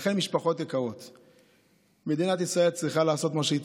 היה הולך ומעודד ואומר: הינה, אני העדות החיה.